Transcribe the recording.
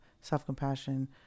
Self-compassion